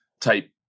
type